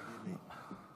תגיד לי.